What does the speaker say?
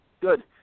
Good